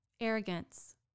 Arrogance